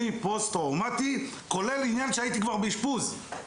פוסט טראומטי כולל העובדה שהייתי כבר באשפוז.